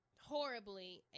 horribly